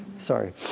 Sorry